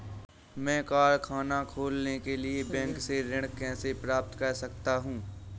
मैं कारखाना खोलने के लिए बैंक से ऋण कैसे प्राप्त कर सकता हूँ?